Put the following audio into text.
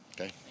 Okay